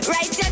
Right